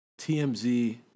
TMZ